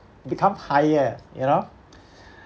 become higher you know